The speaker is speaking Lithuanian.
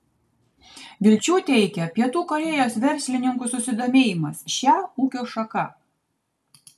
vilčių teikia pietų korėjos verslininkų susidomėjimas šia ūkio šaka